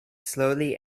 slowly